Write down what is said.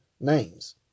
names